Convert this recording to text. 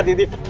this